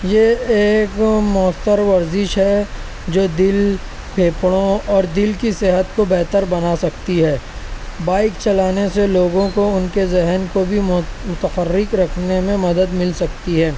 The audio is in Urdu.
یہ ایک مؤثر ورزش ہے جو دِل پھیپھڑوں اور دِل کی صحت کو بہتر بنا سکتی ہے بائک چلانے سے لوگوں کو اُن کے ذہن کو بھی متفرق رکھنے میں مدد مِل سکتی ہے